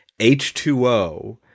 H2O